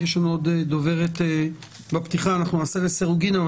יש לנו עוד דוברת בפתיחה ואני מציע שנשמע לסירוגין אבל